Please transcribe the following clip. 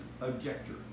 objector